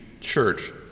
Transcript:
church